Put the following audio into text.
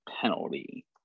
penalty